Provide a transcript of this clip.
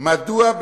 "מדוע,